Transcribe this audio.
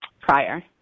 prior